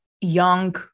young